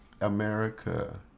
america